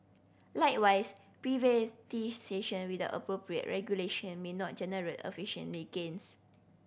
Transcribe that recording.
likewise privatisation without appropriate regulation may not generate efficiently gains